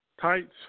tights